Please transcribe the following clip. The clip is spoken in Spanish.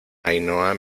ainhoa